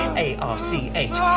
a r c h